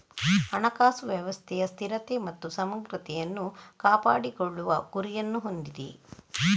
ಹಣಕಾಸು ವ್ಯವಸ್ಥೆಯ ಸ್ಥಿರತೆ ಮತ್ತು ಸಮಗ್ರತೆಯನ್ನು ಕಾಪಾಡಿಕೊಳ್ಳುವ ಗುರಿಯನ್ನು ಹೊಂದಿದೆ